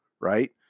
right